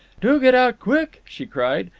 do get out quick, she cried.